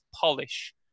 polish